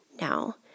now